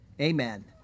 Amen